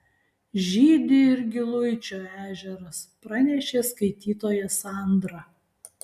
žydi ir giluičio ežeras pranešė skaitytoja sandra